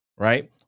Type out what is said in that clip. Right